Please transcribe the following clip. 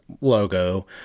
logo